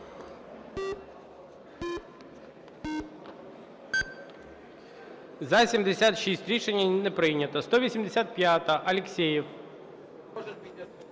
За-76 Рішення не прийнято. 185, Алєксєєв.